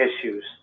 issues